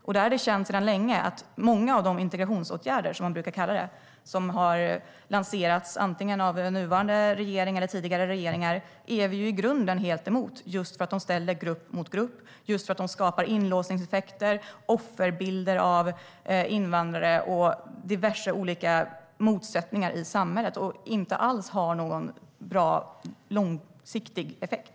Det är sedan länge känt att vi i grunden är helt emot många av de integrationsåtgärder, som de brukar kallas, som den nuvarande regeringen eller tidigare regeringar har lanserat, just för att de ställer grupp mot grupp och skapar inlåsningseffekter, offerbilder av invandrare och diverse olika motsättningar i samhället och inte alls har någon bra långsiktig effekt.